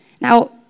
Now